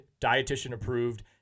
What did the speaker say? dietitian-approved